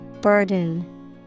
Burden